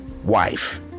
wife